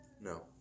No